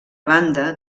banda